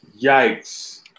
Yikes